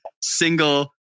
single